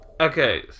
Okay